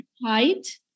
height